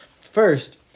First